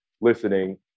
listening